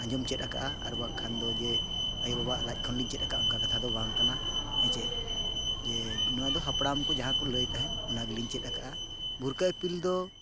ᱟᱸᱡᱚᱢ ᱪᱮᱫ ᱟᱠᱟᱫᱼᱟ ᱟᱨ ᱵᱟᱝᱠᱷᱟᱱ ᱫᱚ ᱡᱮ ᱟᱭᱳ ᱵᱟᱵᱟ ᱟᱜ ᱞᱟᱡ ᱠᱷᱚᱱᱞᱤᱧ ᱪᱮᱫ ᱠᱟᱜᱼᱟ ᱚᱱᱠᱟ ᱠᱟᱛᱷᱟ ᱫᱚ ᱵᱟᱝ ᱠᱟᱱᱟ ᱦᱮᱸᱥᱮ ᱡᱮ ᱱᱚᱣᱟ ᱫᱚ ᱦᱟᱯᱲᱟᱢ ᱠᱚ ᱡᱟᱦᱟᱸ ᱠᱚ ᱞᱟᱹᱭ ᱛᱟᱦᱮᱸᱫ ᱚᱱᱟᱜᱮᱞᱤᱧ ᱪᱮᱫ ᱟᱠᱟᱫᱼᱟ ᱵᱷᱩᱨᱠᱟᱹ ᱤᱯᱤᱞ ᱫᱚ